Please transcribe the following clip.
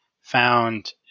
found